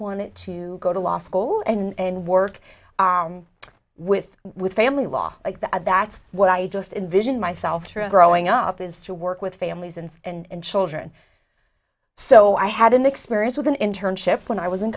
wanted to go to law school and work with with family law like that and that's what i just invision myself through growing up is to work with families and and children so i had an experience with an internship when i was in